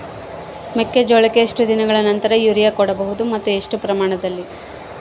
ಮೆಕ್ಕೆಜೋಳಕ್ಕೆ ಎಷ್ಟು ದಿನಗಳ ನಂತರ ಯೂರಿಯಾ ಕೊಡಬಹುದು ಮತ್ತು ಎಷ್ಟು ಪ್ರಮಾಣದಲ್ಲಿ?